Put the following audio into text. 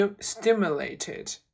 stimulated